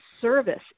service